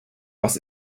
was